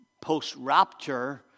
post-rapture